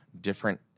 different